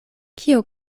kio